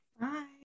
Bye